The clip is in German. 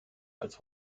als